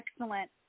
excellent